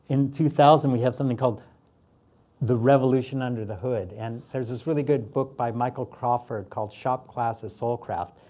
in two thousand, we have something called the revolution under the hood. and there's this really good book by michael crawford called shop class as soulcraft.